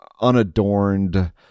unadorned